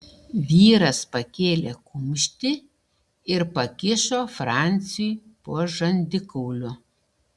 vyras pakėlė kumštį ir pakišo franciui po žandikauliu